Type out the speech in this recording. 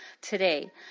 today